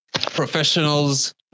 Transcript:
Professionals